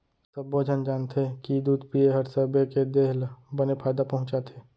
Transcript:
सब्बो झन जानथें कि दूद पिए हर सबे के देह ल बने फायदा पहुँचाथे